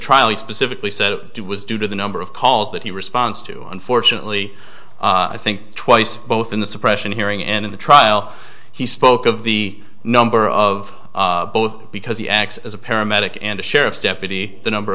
trial he specifically said it was due to the number of calls that he responds to unfortunately i think twice both in the suppression hearing and in the trial he spoke of the number of both because he acts as a paramedic and a sheriff's deputy the number